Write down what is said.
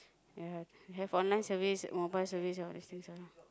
ya we have online surveys mobile surveys and all these things ah